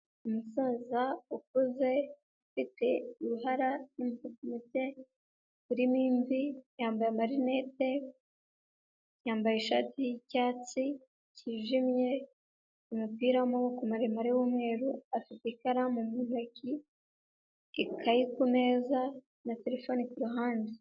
Umusaza ukuze, ufite uruhara rurimo imvi, yambaye amarinete, yambaye ishati y'icyatsi cyijimye, umupira w'amaboko maremare w'umweru, afite ikaramu mu ntoki, ikaye kumeza na terefone kuruhande.